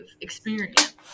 experience